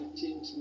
change